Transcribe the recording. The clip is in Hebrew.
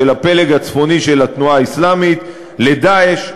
הפלג הצפוני של התנועה האסלאמית ל"דאעש",